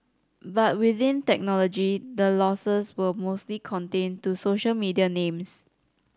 but within technology the losses were mostly contained to social media names